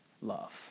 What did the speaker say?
love